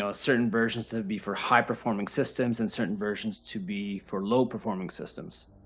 ah certain versions to be for high performing systems and certain versions to be for low performing systems.